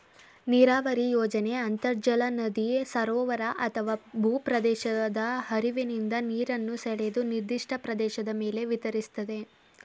ನೀರಾವರಿ ಯೋಜನೆ ಅಂತರ್ಜಲ ನದಿ ಸರೋವರ ಅಥವಾ ಭೂಪ್ರದೇಶದ ಹರಿವಿನಿಂದ ನೀರನ್ನು ಸೆಳೆದು ನಿರ್ದಿಷ್ಟ ಪ್ರದೇಶದ ಮೇಲೆ ವಿತರಿಸ್ತದೆ